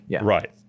Right